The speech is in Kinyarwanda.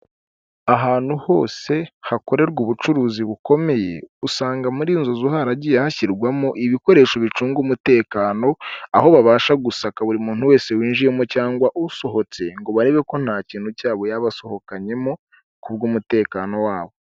Ahantu hose hakorerwa ubucuruzi bukomeye, usanga muri izo nzu haragiye hashyirwamo ibikoresho bicunga umutekano, aho babasha gusaka buri muntu wese winjiyemo cyangwa usohotse ngo barebe ko nta kintu cyabo yaba asohokanyemo kubw'umutekano wabo.